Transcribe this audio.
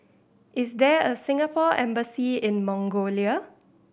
is there a Singapore Embassy in Mongolia